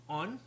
on